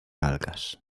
algas